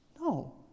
No